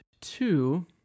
two